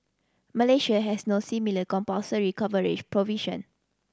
Malaysia has no similar compulsory coverage provision